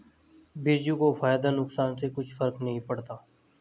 बिरजू को फायदा नुकसान से कुछ फर्क नहीं पड़ता